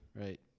right